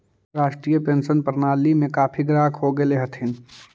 राष्ट्रीय पेंशन प्रणाली के काफी ग्राहक हो गेले हथिन